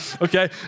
Okay